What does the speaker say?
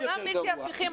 הם כולם בלתי הפיכים.